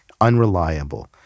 unreliable